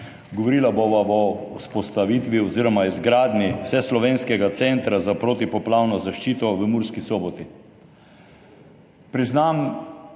Govorila bova o vzpostavitvi oziroma izgradnji vseslovenskega centra za protipoplavno zaščito v Murski Soboti. Priznam,